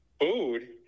Food